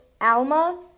Alma